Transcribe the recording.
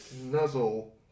nuzzle